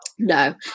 no